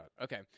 Okay